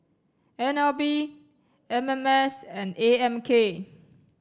N L B M M S and A M K